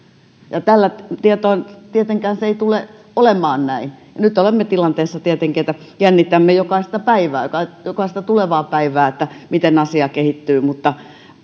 tällä tietoa se ei tietenkään tule olemaan näin nyt olemme tilanteessa että jännitämme jokaista päivää jokaista tulevaa päivää että miten asia kehittyy mutta